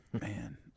man